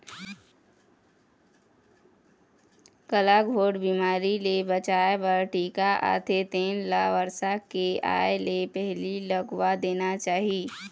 गलाघोंट बिमारी ले बचाए बर टीका आथे तेन ल बरसा के आए ले पहिली लगवा देना चाही